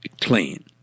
clean